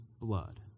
blood